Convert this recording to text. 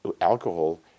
alcohol